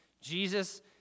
Jesus